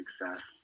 success